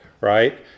right